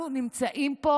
אנחנו נמצאים פה